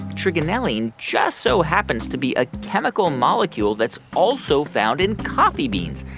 trigonelline just so happens to be a chemical molecule that's also found in coffee beans.